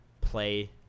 play